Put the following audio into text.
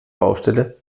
baustelle